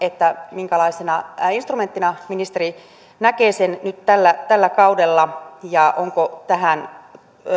minkälaisena instrumenttina ministeri näkee sen nyt tällä tällä kaudella ja onko tähän